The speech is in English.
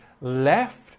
left